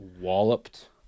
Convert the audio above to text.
walloped